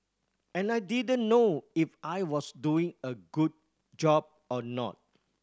and I didn't know if I was doing a good job or not